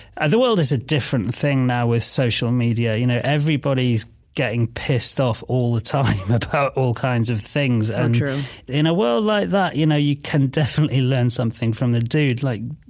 ah the world is a different thing now with social media. you know everybody's getting pissed off all the time about all kinds of things and in a world like that, you know you can definitely learn something from the dude. like,